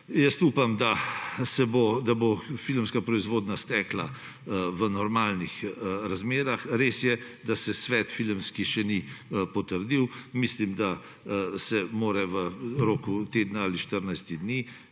Upam, da bo filmska proizvodnja stekla v normalnih razmerah. Res je, da se filmski svet še ni potrdil; mislim, da se mora v roku tedna ali